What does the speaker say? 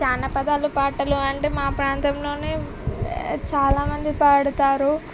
జానపదాలు పాటలు అంటే మా ప్రాంతంలోనే చాలా మంది పాడతారు